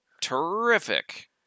Terrific